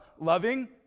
loving